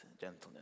gentleness